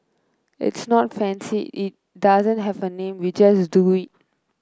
it's not fancy it doesn't have a name we just do it